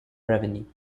revenue